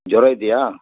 ಜ್ವರ ಇದೆಯಾ